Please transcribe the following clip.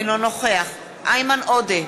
אינו נוכח איימן עודה,